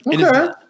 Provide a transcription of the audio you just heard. okay